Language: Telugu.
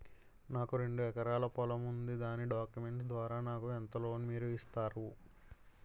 నాకు రెండు ఎకరాల పొలం ఉంది దాని డాక్యుమెంట్స్ ద్వారా నాకు ఎంత లోన్ మీరు ఇస్తారు?